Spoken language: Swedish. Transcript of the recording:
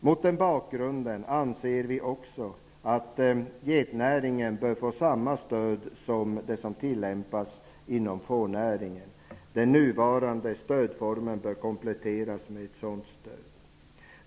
Mot den bakgrunden anser vi också att getnäringen bör få samma stöd som det som tillämpas inom fårnäringen. Den nuvarande stödformen bör kompletteras med ett sådant stöd.